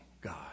God